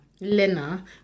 lena